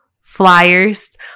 flyers